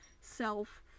self